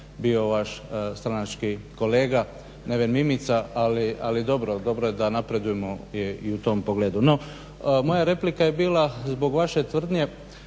bio vaš stranački kolega Neven Mimica, ali dobro, dobro je da napredujemo i u tom pogledu. No, moja replika je bila zbog vaše tvrdnje